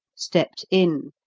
stepped in,